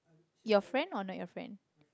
your friend or not your friend